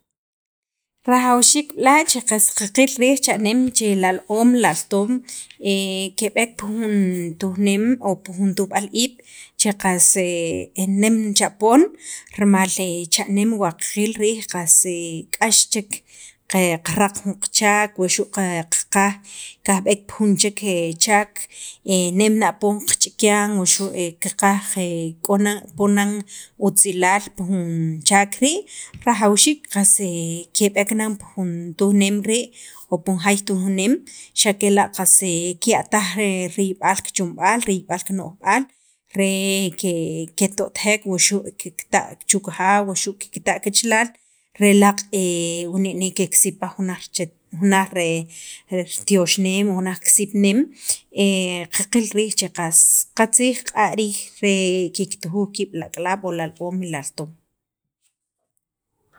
Rajawxiik b'la' che qas qaqil riij cha'neem che lal oom laltoom keb'eek pi jun tujneem o pi jun tujb'al iib' che qas v nem cha poon rimal cha'neem wa qaqil riij qas qas k'ax chek qaraq jun qachaak wuxu' qaqaj kajb'eek pi jun che chaak e nem na poon qachikyan qaqaj wuxu' k'o na poon nan utzilaal pi jun chaak rii' rajawxiik qas keb'eek nan pi jun tujneem rii' o pi jun jaay tujneem xa' kela' kiya'taj kichomb'aal riyb'al kino'jb'aal re keto'tajek o xu' kikta' chu kajaaw waxu' kikta' qachalal re laaq' wani' ne kiksipaj jun laj richet jun laj kityoxneme o jun laj kisipneem qaqil riij che qas qatziij q'a' riij re kiktujuj kiib' li ak'alaab' lal oom o lal toom